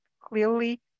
clearly